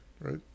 Right